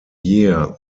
year